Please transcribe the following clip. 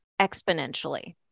exponentially